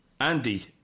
Andy